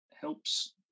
helps